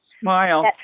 Smile